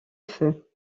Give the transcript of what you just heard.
feu